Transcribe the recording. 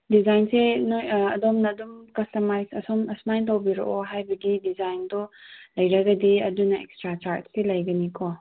ꯗꯤꯖꯥꯏꯟꯁꯦ ꯅꯣꯏ ꯑꯗꯣꯝꯅ ꯑꯗꯨꯝ ꯀꯁꯇꯃꯥꯏꯁ ꯑꯁꯨꯝ ꯑꯁꯨꯃꯥꯏ ꯇꯧꯕꯤꯔꯛꯑꯣ ꯍꯥꯏꯕꯒꯤ ꯗꯤꯖꯥꯏꯟꯗꯣ ꯂꯩꯔꯒꯗꯤ ꯑꯗꯨꯅ ꯑꯦꯛꯁꯇ꯭ꯔꯥ ꯆꯥꯔꯖꯇꯤ ꯂꯩꯒꯅꯤꯀꯣ